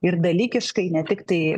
ir dalykiškai ne tiktai